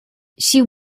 she